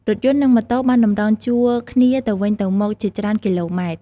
រថយន្តនឹងម៉ូតូបានតម្រង់ជួរគ្នាទៅវិញទៅមកជាច្រើនគីឡូម៉ែត្រ។